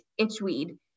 itchweed